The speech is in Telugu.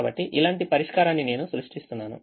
కాబట్టి ఇలాంటి పరిష్కారాన్ని నేను సృష్టిస్తున్నాను